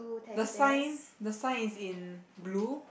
the signs the sign is in blue